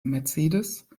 mercedes